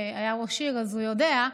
שהיה ראש העיר אז הוא יודע,